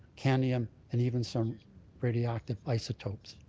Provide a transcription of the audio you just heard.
cadmium, and even so radioactive isotopes.